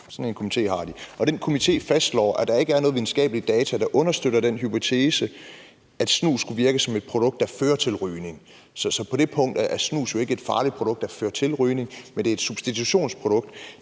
sådan en komité har de – og den komité fastslår, at der ikke er nogen videnskabelige data, der understøtter den hypotese, at snus skulle virke som et produkt, der fører til rygning. Så på det punkt er snus jo ikke et farligt produkt, der fører til rygning, men det er et substitutionsprodukt,